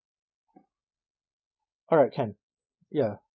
alright can ya